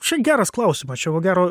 čia geras klausimas čia ko gero